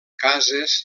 cases